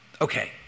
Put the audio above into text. Okay